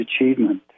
achievement